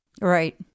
Right